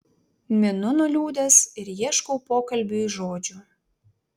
minu nuliūdęs ir ieškau pokalbiui žodžių